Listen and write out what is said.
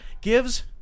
gives